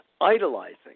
idolizing